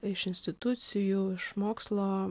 iš institucijų iš mokslo